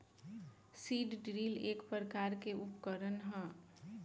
seed drill एक प्रकार के उकरण ह